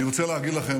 אני רוצה להגיד לכם,